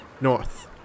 north